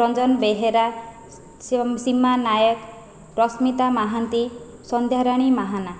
Ranjan Behera Seema Nayak Rashmita Mohanty Sandhyarani Mahana